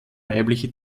weibliche